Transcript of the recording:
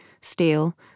steel